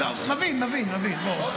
אתה כנראה לא מבין.